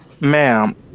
Ma'am